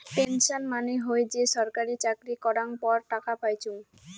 pension মানে হই যে ছরকারি চাকরি করাঙ পর টাকা পাইচুঙ